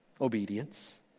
Obedience